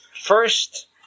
first